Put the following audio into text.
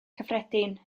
cyffredin